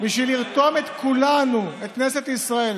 בשביל לרתום את כולנו, את כנסת ישראל,